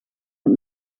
het